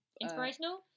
Inspirational